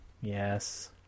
yes